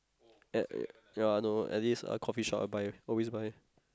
that ya though at this coffeeshop I buy always buy